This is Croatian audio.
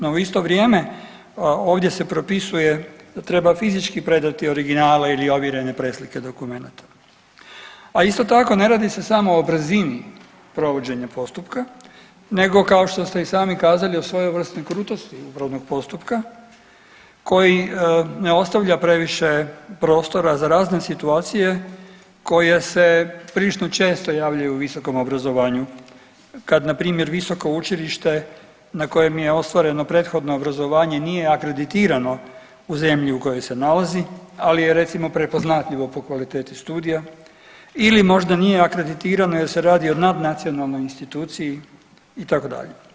No, u isto vrijeme ovdje se propisuje da treba fizički predati originale ili ovjerene preslike dokumenata, a isto tako ne radi se samo o brzini provođenja postupka nego kao što ste i sami kazali o svojevrsnoj krutosti upravnog postupka koji ostavlja previše prostora za razne situacije koje se prilično često javljaju u visokom obrazovanju kad npr. visoko učilište na kojem je ostvareno prethodno obrazovanje nije akreditirano u zemlji u kojoj se nalazi, ali je recimo prepoznatljivo po kvaliteti studija ili možda nije akreditirano jer se radi o nadnacionalnoj instituciji itd.